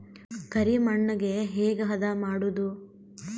ಕರಿ ಮಣ್ಣಗೆ ಹೇಗೆ ಹದಾ ಮಾಡುದು?